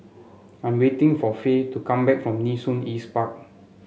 I am waiting for Fae to come back from Nee Soon East Park